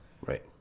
right